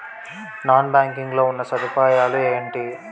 Non banking లో ఉన్నా సదుపాయాలు ఎంటి?